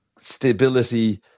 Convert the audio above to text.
Stability